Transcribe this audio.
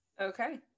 okay